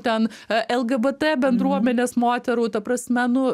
ten lgbt bendruomenės moterų ta prasme nu